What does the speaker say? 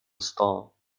stall